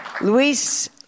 Luis